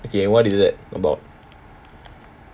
okay what is that about